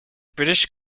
british